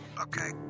okay